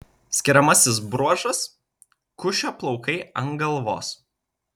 skiriamasis bruožas kušio plaukai ant galvos